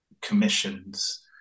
commissions